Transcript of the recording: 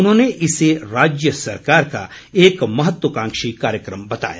उन्होंने इसे राज्य सरकार का एक महत्वाकांक्षी कार्यक्रम बताया